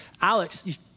Alex